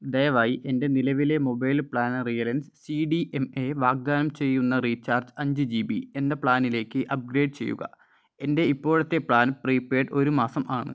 ദയവായി എൻ്റെ നിലവിലെ mobile plan Reliance C D M A വാഗ്ദാനം ചെയ്യുന്ന റീചാർജ് അഞ്ച് ജി ബി എന്ന പ്ലാനിലേക്ക് അപ്ഗ്രേഡ് ചെയ്യുക എൻ്റെ ഇപ്പോഴത്തെ പ്ലാൻ പ്രീപെയ്ഡ് ഒരു മാസം ആണ്